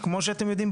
כמו שאתם יודעים,